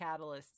catalysts